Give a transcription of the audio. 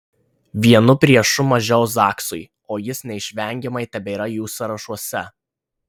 vienu priešu mažiau zaksui o jis neišvengiamai tebėra jų sąrašuose